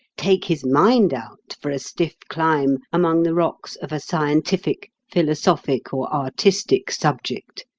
take his mind out for a stiff climb among the rocks of a scientific, philosophic, or artistic subject.